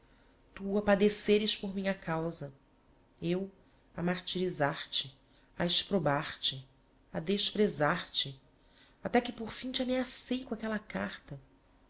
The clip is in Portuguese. tu a padeceres por minha causa eu a martirizar te a exprobar te a desprezar te até que por fim te ameacei com aquella carta